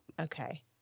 Okay